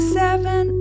seven